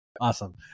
Awesome